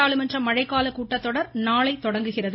நாடாளுமன்ற மழைக்கால கூட்டத்தொடர் நாளை தொடங்குகிறது